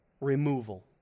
Removal